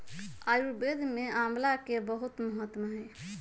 आयुर्वेद में आमला के बहुत महत्व हई